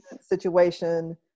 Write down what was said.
situation